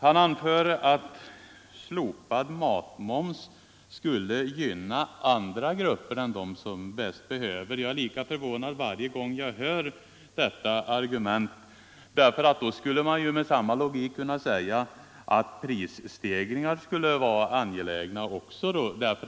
Herr Wärnberg anför att ett slopande av matmomsen skulle gynna andra grupper än dem som bäst behöver gynnas. Jag är lika förvånad varje gång jag hör detta argument. Med samma logik skulle man ju kunna säga att prisstegringar är angelägna.